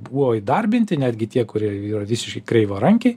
buvo įdarbinti netgi tie kurie yra visiški kreivarankiai